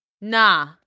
nah